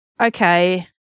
okay